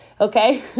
Okay